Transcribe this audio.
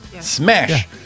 Smash